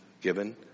given